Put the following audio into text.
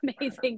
amazing